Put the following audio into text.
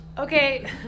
Okay